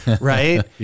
right